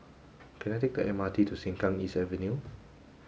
can I take the M R T to Sengkang East Avenue